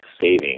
saving